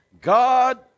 God